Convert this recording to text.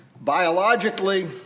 Biologically